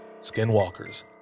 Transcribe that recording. skinwalkers